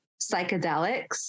psychedelics